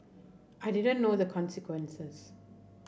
I didn't know the consequences